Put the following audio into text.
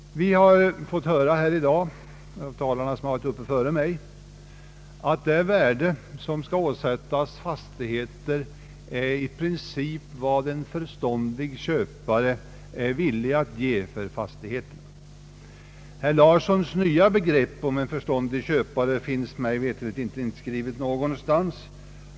Vi har fått höra här i dag av tidigare talare att det värde som skall åsättas en fastighet är i princip vad en förståndig köpare är villig att ge för fastigheten. Herr Thorsten Larssons nya begrepp om en förståndig köpare finns mig veterligt inte inskrivet någonstans.